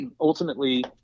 ultimately